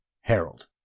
Harold